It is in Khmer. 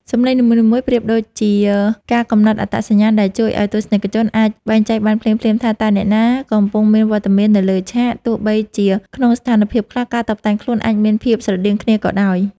សំឡេងនីមួយៗប្រៀបដូចជាការកំណត់អត្តសញ្ញាណដែលជួយឱ្យទស្សនិកជនអាចបែងចែកបានភ្លាមៗថា តើអ្នកណាកំពុងមានវត្តមាននៅលើឆាក ទោះបីជាក្នុងស្ថានភាពខ្លះ ការតុបតែងខ្លួនអាចមានភាពស្រដៀងគ្នាក៏ដោយ។